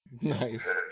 Nice